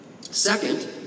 Second